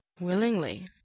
Willingly